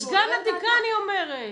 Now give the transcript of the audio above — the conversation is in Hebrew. סגן הדיקן היא אומרת.